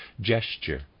gesture